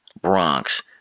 Bronx